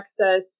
access